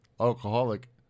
Alcoholic